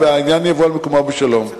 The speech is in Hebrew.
והעניין יבוא על מקומו בשלום.